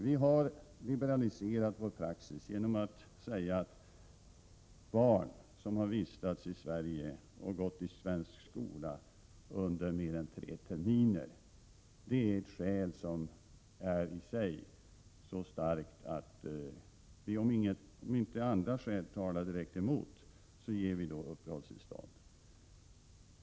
Vi har liberaliserat vår praxis genom att säga att om ett barn har vistats i Sverige och gått i svensk skola under mer än tre terminer är det ett skäl som i sig är så starkt att, om inte andra skäl direkt talar emot, vi ger uppehållstillstånd.